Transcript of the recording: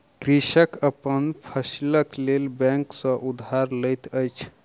कृषक अपन फसीलक लेल बैंक सॅ उधार लैत अछि